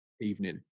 evening